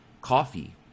coffee